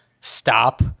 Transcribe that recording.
stop